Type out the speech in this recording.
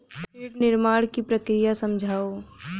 feed निर्माण की प्रक्रिया समझाओ